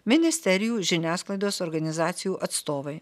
ministerijų žiniasklaidos organizacijų atstovai